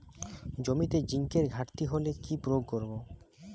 জমিতে জিঙ্কের ঘাটতি হলে কি প্রয়োগ করব?